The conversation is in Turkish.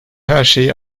herşeyi